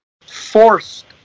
forced